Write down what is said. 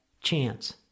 chance